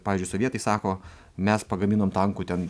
pavyzdžiui sovietai sako mes pagaminom tankų ten